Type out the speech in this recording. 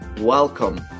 welcome